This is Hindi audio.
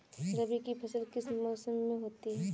रबी की फसल किस मौसम में होती है?